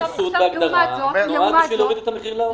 כל סבסוד בהגדרה נועד בשביל להוריד את המחיר להורים.